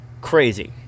crazy